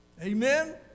Amen